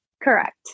Correct